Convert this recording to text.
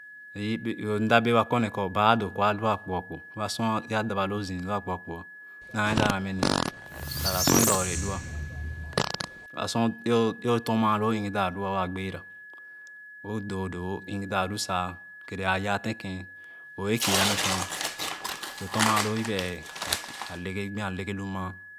U pee m da wɛɛ wa kor ne kor baa doo kor a lu a kpo akpo aba sor a da ba loo zii lu akpo akpo naa dap naa mɛ nua tatah sor ye lorle eelua taah sor ee oh ee ton maa loo ɛn ghe daa lua waa gbee ra o doo doo wo ɛnghe daa lu sa kɛrɛ a yaa tènkèn o wɛɛ kiira ni kèn o ton maa loo yebe ēēh a leg ehe gbe a leghe lu maa.